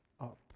up